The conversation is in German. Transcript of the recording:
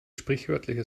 sprichwörtliche